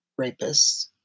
rapists